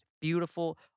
Beautiful